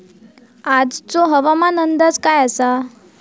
आजचो हवामान अंदाज काय आसा?